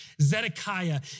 Zedekiah